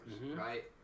right